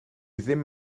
ddim